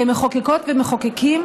כמחוקקות וכמחוקקים,